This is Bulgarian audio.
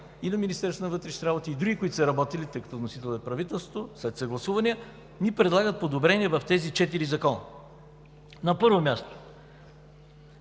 и Министерството на вътрешните работи, и други, които са работили, тъй като вносител е правителството, след съгласувания ни предлага подобрение в тези четири закона. На първо място,